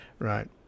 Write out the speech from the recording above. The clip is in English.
Right